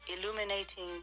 illuminating